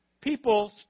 People